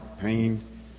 pain